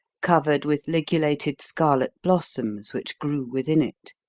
covered with ligulated scarlet blossoms which grew within it.